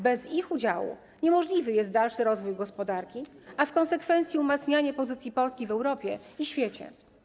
Bez ich udziału niemożliwy jest dalszy rozwój gospodarki, a w konsekwencji umacnianie pozycji Polski w Europie i w świecie.